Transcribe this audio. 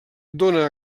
dóna